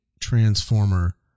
transformer